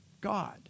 God